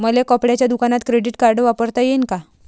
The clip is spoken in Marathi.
मले कपड्याच्या दुकानात क्रेडिट कार्ड वापरता येईन का?